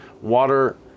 Water